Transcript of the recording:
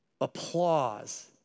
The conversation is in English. applause